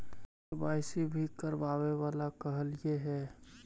KYC भी करवावेला कहलिये हे?